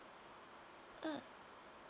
mm